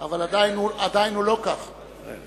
אבל הוא לא כך עדיין.